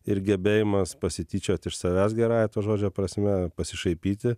ir gebėjimas pasityčiot iš savęs gerąja to žodžio prasme pasišaipyti